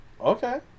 Okay